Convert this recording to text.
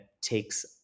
takes